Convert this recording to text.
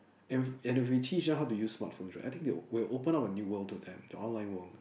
and if and if we teach them how to use smart phones right I think they will will open up a new world to them the online world